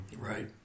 Right